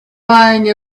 lying